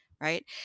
Right